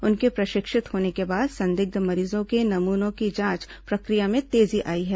उनके प्रशिक्षित होने के बाद संदिग्ध मरीजों के नमूनों की जांच प्रक्रिया में तेजी आई है